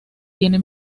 tiene